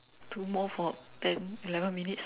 two more for ten eleven minutes